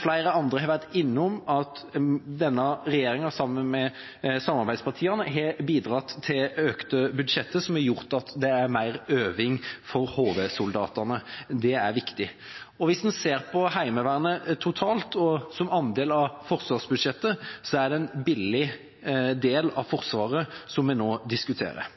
Flere andre har vært innom at denne regjeringa sammen med samarbeidspartiene har bidratt til økte budsjetter, som har gjort at det er mer øving for HV-soldatene. Det er viktig, og hvis en ser på Heimevernet totalt, og som andel av forsvarsbudsjettet, er det en billig del av Forsvaret som vi nå diskuterer.